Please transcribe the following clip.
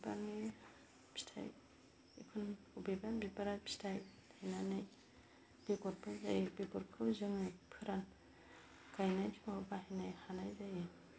बिबारनि फिथाइ बेमोन बिबारा फिथाइ होनानै बेगरबो जायो बेगरखौ जों फोरान गायनाय समाव बाहायनो खानाय जायो